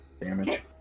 damage